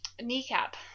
Kneecap